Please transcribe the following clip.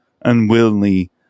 unwillingly